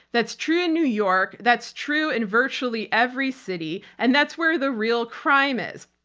that's true in new york, that's true in virtually every city and that's where the real crime is.